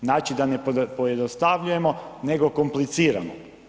Znači da ne pojednostavljujemo nego kompliciramo.